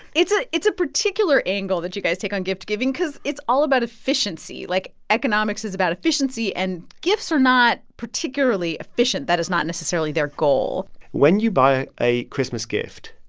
it's ah it's a particular angle that you guys take on gift-giving because it's all about efficiency. like, economics is about efficiency, and gifts are not particularly efficient. that is not necessarily their goal when you buy a christmas gift,